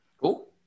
Cool